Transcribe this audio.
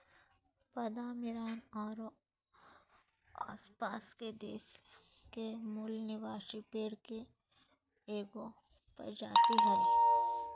बादाम ईरान औरो आसपास के देश के मूल निवासी पेड़ के एगो प्रजाति हइ